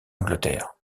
angleterre